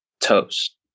toast